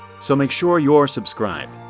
so make sure you're subscribed,